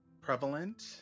prevalent